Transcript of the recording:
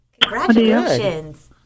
Congratulations